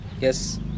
Yes